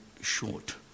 short